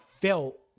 felt